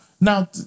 now